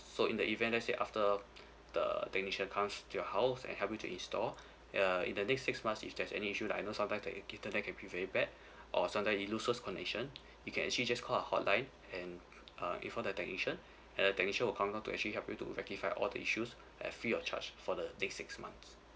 so in the event let's say after the technician come to your house and help you to install uh in the next six months if there's any issue like I know sometimes the internet can be very bad or sometimes it loses connection you can actually just call our hotline and uh inform the technician and the technician will come down to actually help you to rectify all the issues at free of charge for the next six month